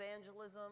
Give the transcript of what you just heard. evangelism